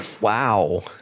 Wow